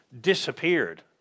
disappeared